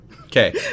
Okay